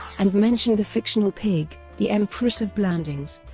and mentioned the fictional pig, the empress of blandings,